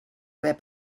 haver